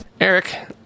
Eric